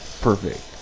perfect